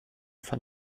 fand